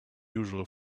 usual